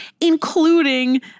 including